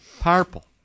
Purple